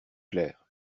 clair